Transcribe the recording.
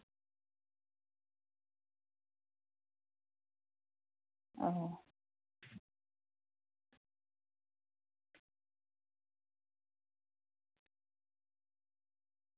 ᱚ